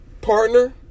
partner